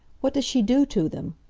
what does she do to them?